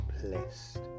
blessed